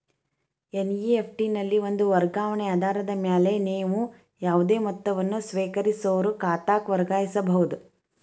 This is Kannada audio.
ಎನ್.ಇ.ಎಫ್.ಟಿ ನಲ್ಲಿ ಒಂದ ವರ್ಗಾವಣೆ ಆಧಾರದ ಮ್ಯಾಲೆ ನೇವು ಯಾವುದೇ ಮೊತ್ತವನ್ನ ಸ್ವೇಕರಿಸೋರ್ ಖಾತಾಕ್ಕ ವರ್ಗಾಯಿಸಬಹುದ್